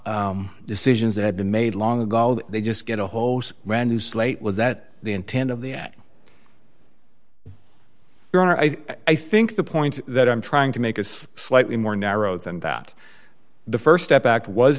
law decisions that have been made long ago that they just get a whole random slate was that the intent of the at i think the point that i'm trying to make is slightly more narrow than that the st step back was